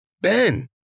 Ben